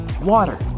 water